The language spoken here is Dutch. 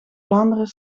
vlaanderen